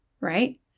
right